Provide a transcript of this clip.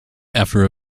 after